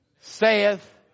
saith